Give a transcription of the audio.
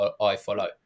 iFollow